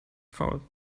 foul